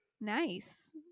nice